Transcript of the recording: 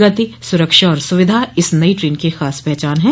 गति सुरक्षा और सुविधा इस नई ट्रेन की खास पहचान है